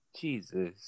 Jesus